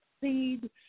Seed